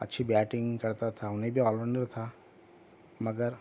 اچھی بیٹنگ کرتا تھا انہیں بھی آل راؤنڈر تھا مگر